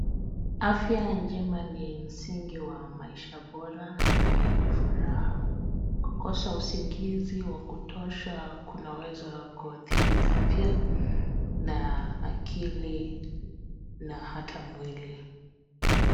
Afya njema ni msingi wa maisha bora na yenye furaha. Kukosa usingizi wa kutosha kunaweza kuadhiri afya, na akili na hata mwili.